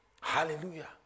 hallelujah